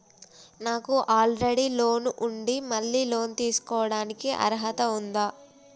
నాకు already loan ఉండి మళ్ళీ లోన్ తీసుకోవడానికి అర్హత ఉందా?